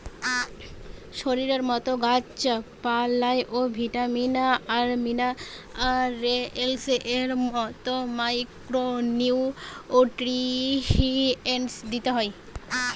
শরীরের মতো গাছ পালায় ও ভিটামিন আর মিনারেলস এর মতো মাইক্রো নিউট্রিয়েন্টস দিতে হয়